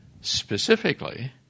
specifically